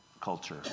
culture